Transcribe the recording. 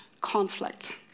conflict